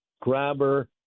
grabber